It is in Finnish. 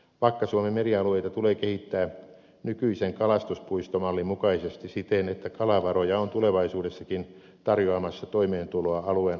vakka suomen merialueita tulee kehittää nykyisen kalastuspuistomallin mukaisesti siten että kalavaroja on tulevaisuudessakin tarjoamassa toimeentuloa alueen asukkaille